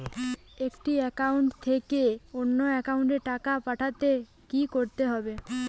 একটি একাউন্ট থেকে অন্য একাউন্টে টাকা পাঠাতে কি করতে হবে?